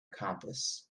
compass